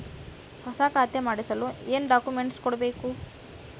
ಹೊಸ ಖಾತೆ ಮಾಡಿಸಲು ಏನು ಡಾಕುಮೆಂಟ್ಸ್ ಕೊಡಬೇಕು?